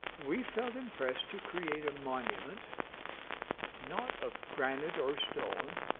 we felt impressed to create a monument not of granite or stone,